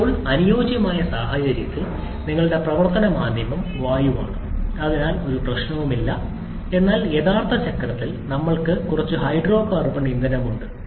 ഇപ്പോൾ അനുയോജ്യമായ സാഹചര്യത്തിൽ നിങ്ങളുടെ പ്രവർത്തന മാധ്യമം വായുവാണ് അതിനാൽ ഒരു പ്രശ്നവുമില്ല എന്നാൽ യഥാർത്ഥ ചക്രത്തിൽ ഞങ്ങൾക്ക് കുറച്ച് ഹൈഡ്രോകാർബൺ ഇന്ധനമുണ്ട്